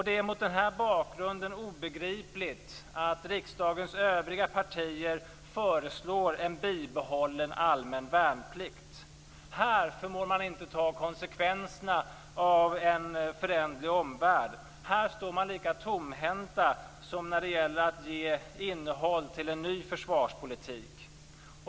Det är mot den här bakgrunden obegripligt att riksdagens övriga partier föreslår en bibehållen allmän värnplikt. Här förmår man inte ta konsekvenserna av en föränderlig omvärld. Här står man lika tomhänt som när det gäller att ge innehåll till en ny försvarspolitik.